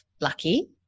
lucky